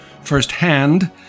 firsthand